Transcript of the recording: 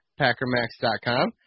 packermax.com